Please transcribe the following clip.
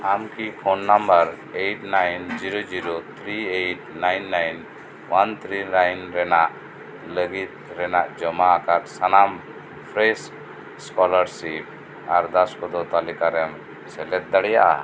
ᱟᱢᱠᱤ phone number eight nine zero zero three eight nine nine one three nine ᱨᱮᱱᱟᱜ ᱞᱟᱹᱜᱤᱫ ᱨᱮᱱᱟᱜ ᱡᱚᱢᱟ ᱟᱠᱟᱫ ᱥᱟᱱᱟᱢ ᱯᱷᱨᱮᱥ ᱥᱠᱚᱞᱟᱨᱥᱤᱯ ᱟᱨᱫᱟᱥ ᱠᱚᱫᱚ ᱛᱟᱹᱞᱤᱠᱟᱨᱮᱢ ᱥᱮᱴᱮᱨ ᱫᱟᱲᱮᱭᱟᱜᱼᱟ